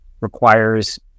requires